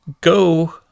go